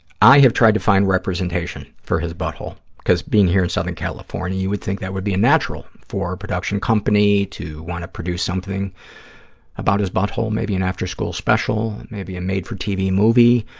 i have tried to find representation for his butthole, because, being here in southern california, you would think that would be a natural for a production company to want to produce something about his butthole, maybe an after-school special, maybe a made-for-tv movie.